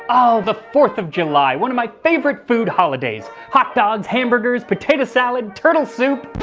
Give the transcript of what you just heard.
oh the fourth of july, one of my favorite food holidays. hot dogs, hamburgers, potato salad, turtle soup!